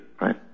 right